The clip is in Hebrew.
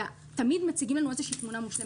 ותמיד מציגים לנו איזושהי תמונה מושלמת.